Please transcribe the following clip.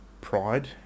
pride